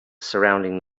surrounding